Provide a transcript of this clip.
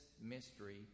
mystery